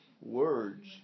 words